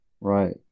Right